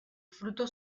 frutos